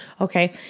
Okay